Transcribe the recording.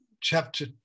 chapter